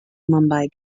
mumbai